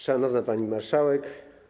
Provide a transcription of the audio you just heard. Szanowna Pani Marszałek!